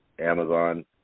Amazon